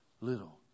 little